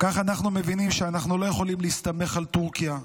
כך אנחנו מבינים שאנחנו לא יכולים להסתמך על טורקיה.